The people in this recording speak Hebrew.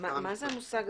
שר המשפטים